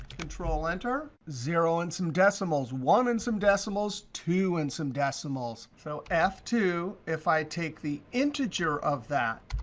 control enter, zero and some decimals, one and some decimals, two and some decimals. so f two, if i take the integer of that,